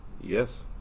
Yes